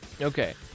Okay